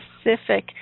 specific